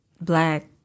black